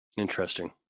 interesting